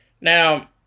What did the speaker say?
now